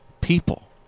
people